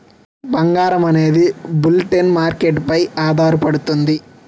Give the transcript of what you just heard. బంగారం అనేది bulletin market పై ఆధారపడుతుంది